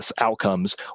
outcomes